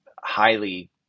highly –